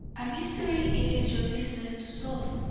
a mystery it is your business to solve,